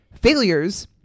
Failures